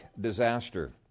disaster